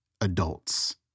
adults